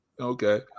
okay